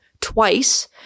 twice